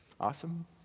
Awesome